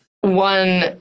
one